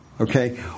Okay